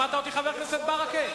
שמעת אותי, חבר הכנסת ברכה?